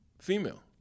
female